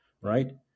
right